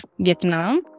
Vietnam